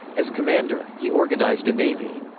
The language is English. as commander, he organized a navy.